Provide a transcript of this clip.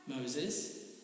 Moses